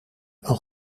een